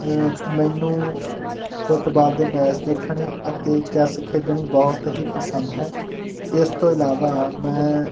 ਮੈਨੂੰ ਫੁੱਟਬਾਲ ਦੇ ਮੈਚ ਦੇਖਣੇ ਅਤੇ ਚੈੱਸ ਖੇਡਣੀ ਬਹੁਤ ਹੀ ਪਸੰਦ ਹੈ ਇਸ ਤੋਂ ਇਲਾਵਾ ਮੈਂ